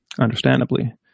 Understandably